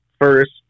first